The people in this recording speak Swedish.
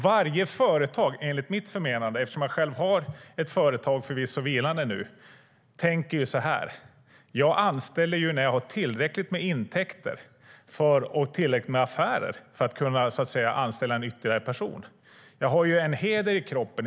Varje företagare tänker, enligt mitt förmenande - jag har själv ett företag, förvisso vilande nu: Jag anställer när jag har tillräckligt med intäkter och tillräckligt med affärer för att kunna anställa en ytterligare person. Jag har heder i kroppen.